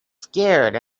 scared